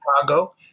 Chicago